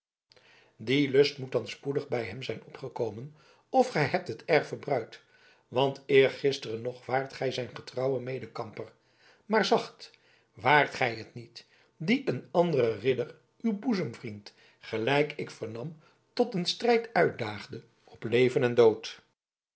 die lust moet dan spoedig bij hem zijn opgekomen of gij hebt het erg verbruid want eergisteren nog waart gij zijn getrouwe medekamper maar zacht waart gij het niet die een anderen ridder uw boezemvriend gelijk ik vernam tot een strijd uitdaagde op leven en dood